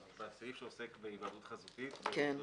בסעיף שעוסק בהיוועדות חזותית בענייני תכנון,